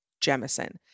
Jemison